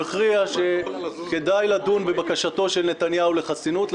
הכריע שכדאי לדון בבקשתו של נתניהו לחסינות,